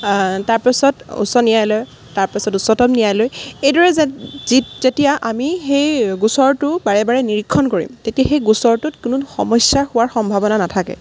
তাৰপিছত উচ্চ ন্যায়ালয় তাৰপাছত উচ্চতম ন্যায়ালয় এইদৰে যেন যেতিয়া আমি সেই গোচৰটো বাৰে বাৰে নিৰীক্ষণ কৰিম তেতিয়া সেই গোচৰটোত কোনো সমস্যা হোৱাৰ সম্ভাৱনা নাথাকে